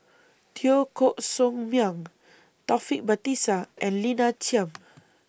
Teo Koh Sock Miang Taufik Batisah and Lina Chiam